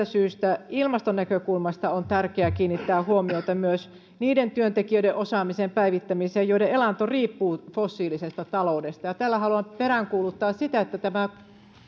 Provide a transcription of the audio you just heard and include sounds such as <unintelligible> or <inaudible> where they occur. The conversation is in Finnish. <unintelligible> syystä ilmaston näkökulmasta on tärkeää kiinnittää huomiota myös niiden työntekijöiden osaamisen päivittämiseen joiden elanto riippuu fossiilisesta taloudesta tällä haluan peräänkuuluttaa sitä että tämä